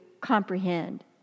comprehend